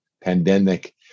pandemic